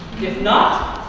if not?